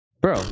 Bro